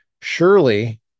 Surely